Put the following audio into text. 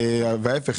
וההפך,